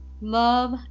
love